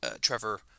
Trevor